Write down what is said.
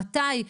מתי,